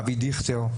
אבי דיכטר,